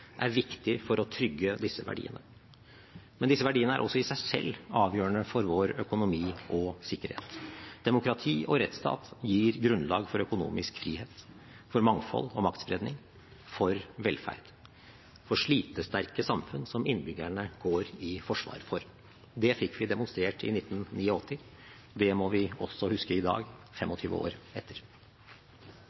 er viktig for å trygge disse verdiene. Men disse verdiene er også i seg selv avgjørende for vår økonomi og sikkerhet. Demokrati og rettsstat gir grunnlag for økonomisk frihet, for mangfold og maktspredning, for velferd, for slitesterke samfunn som innbyggerne går i forsvar for. Det fikk vi demonstrert i 1989. Det må vi også huske i dag, 25 år etter.